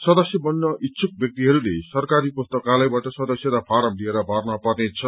सदस्य बन्न इच्छुक ब्यक्तिहरूले सरकारी पुस्तकालयबाट सदस्यता फारम लिएर भर्न पर्नेछ